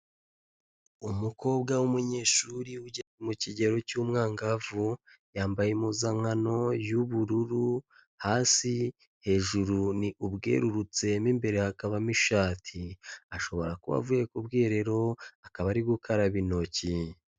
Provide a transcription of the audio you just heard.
Umukobwa w'umunyeshuri ugeze mu kigero cy'umwangavu, yambaye impuzankano y'ubururu hasi, hejuru ni ubwerurutse mo imbere hakabamo ishati, ashobora kuba avuye ku bwiherero akaba ari gukaraba intoki.